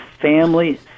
family